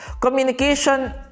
Communication